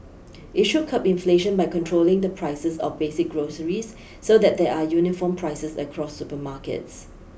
it should curb inflation by controlling the prices of basic groceries so that there are uniform prices across supermarkets